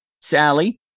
Sally